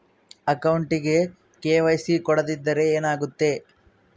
ಅಕೌಂಟಗೆ ಕೆ.ವೈ.ಸಿ ಕೊಡದಿದ್ದರೆ ಏನಾಗುತ್ತೆ?